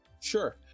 sure